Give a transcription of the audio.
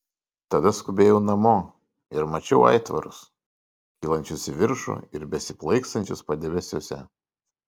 tada skubėjau namo ir mačiau aitvarus kylančius į viršų ir besiplaikstančius padebesiuose